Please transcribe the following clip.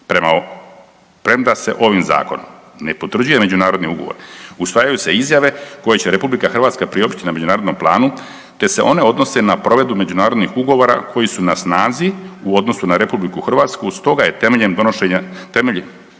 premda se ovim Zakonom ne potvrđuje međunarodni ugovor, usvajaju se izjave koje će RH priopćiti na međunarodnom planu te se one odnose na provedbu međunarodnih ugovora koji su na snazi u odnosu na RH, stoga je temeljem donošenja, temelj